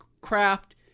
craft